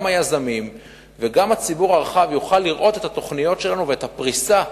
גם היזמים וגם הציבור הרחב יוכלו לראות את התוכניות שלנו ואת הפריסה,